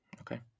Okay